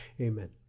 amen